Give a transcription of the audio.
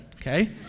Okay